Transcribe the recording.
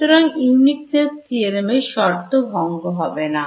সুতরাং Uniqueness theorem এর শর্ত ভঙ্গ হবে না